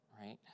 right